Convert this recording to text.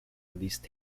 released